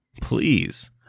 Please